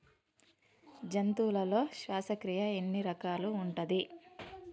జంతువులలో శ్వాసక్రియ ఎన్ని రకాలు ఉంటది?